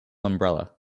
umbrella